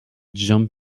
jump